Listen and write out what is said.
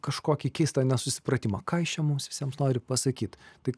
kažkokį keistą nesusipratimą ką jis čia mums visiem nori pasakyt taip